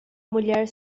mulher